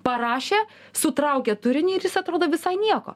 parašė sutraukė turinį ir jis atrodo visai nieko